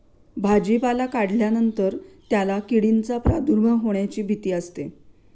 भाजीपाला काढल्यानंतर त्याला किडींचा प्रादुर्भाव होण्याची भीती असते